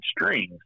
strings